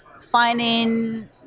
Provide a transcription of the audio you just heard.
finding